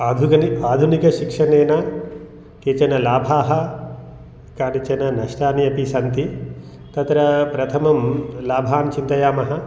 आधुकनिक् आधुनिकशिक्षणेन केचन लाभाः कानिचन नष्टानि अपि सन्ति तत्र प्रथमं लाभान् चिन्तयामः